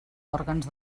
òrgans